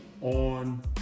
on